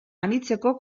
anitzeko